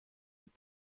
but